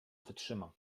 wytrzyma